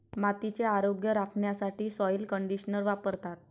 मातीचे आरोग्य राखण्यासाठी सॉइल कंडिशनर वापरतात